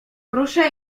proszę